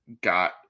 got